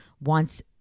wants